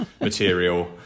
material